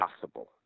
possible